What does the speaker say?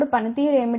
పనితీరు ఏమిటి